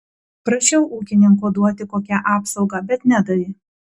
prašiau ūkininko duoti kokią apsaugą bet nedavė